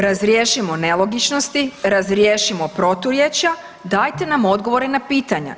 Razriješimo nelogičnosti, razriješimo proturječja, dajte nam odluke na pitanja.